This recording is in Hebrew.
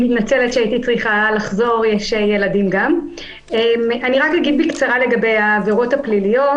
16:30. אגיד בקצרה לגבי העבירות הפליליות